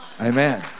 Amen